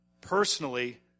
personally